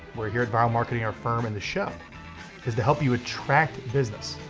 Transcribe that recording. we're here at vyral marketing, our firm, and the show is to help you attract business.